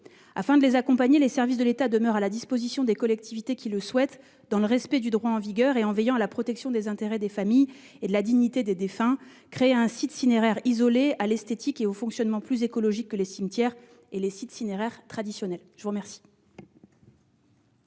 Afin de les accompagner, les services de l'État demeurent à la disposition des collectivités qui souhaitent, dans le respect du droit en vigueur et en veillant à la protection des intérêts des familles et de la dignité des défunts, créer un site cinéraire isolé, à l'esthétique et au fonctionnement plus écologiques que les cimetières et les sites cinéraires traditionnels. La parole